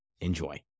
Enjoy